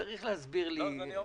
צריך להסביר לי.